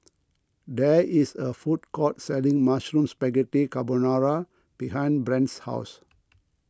there is a food court selling Mushroom Spaghetti Carbonara behind Brent's house